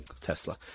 Tesla